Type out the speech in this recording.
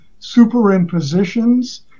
superimpositions